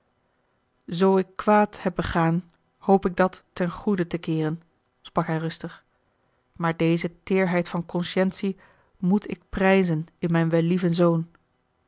zoo ik kwaad heb begaan hoop ik dat ten goede te keeren sprak hij rustig maar deze teêrheid van consciëntie moet ik prijzen in mijn wellieven zoon